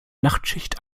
nachtschicht